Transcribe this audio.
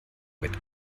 mit